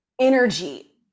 energy